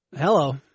Hello